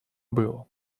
было